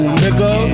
nigga